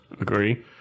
Agree